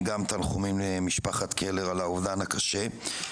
גם תנחומים למשפחת קלר על האובדן הקשה.